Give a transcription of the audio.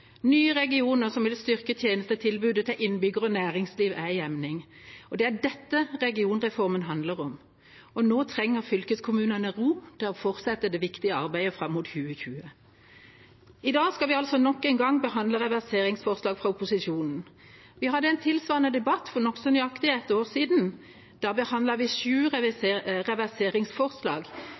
Nye regioner som vil styrke tjenestetilbudet til innbyggere og næringsliv, er i emning, og det er dette regionreformen handler om. Nå trenger fylkeskommunene ro til å fortsette det viktige arbeidet fram mot 2020. I dag skal vi altså nok en gang behandle reverseringsforslag fra opposisjonen. Vi hadde en tilsvarende debatt for nokså nøyaktig ett år siden. Da behandlet vi sju reverseringsforslag,